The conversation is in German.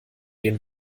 den